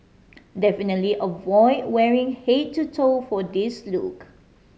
definitely avoid wearing head to toe for this look